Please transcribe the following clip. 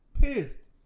pissed